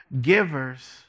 Givers